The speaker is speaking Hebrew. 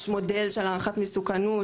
יש מודל של הערכת מסוכנות,